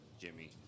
Jimmy